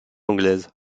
anglaise